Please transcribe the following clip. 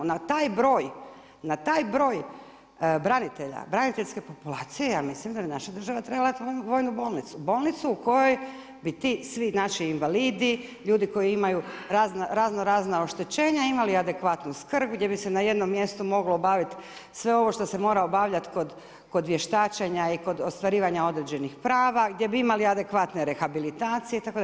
Na taj broj branitelja, braniteljske populacije ja mislim da bi naša država trebala imati vojnu bolnicu, bolnicu u kojoj bi ti svi naši invalidi, ljudi koji imaju razno razna oštećenja imali adekvatnu skrb, gdje bi se na jednom mjestu moglo obavit sve ovo što se mora obavljat kod vještačenja i kod ostvarivanja određenih prava, gdje bi imali adekvatne rehabilitacije itd.